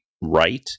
right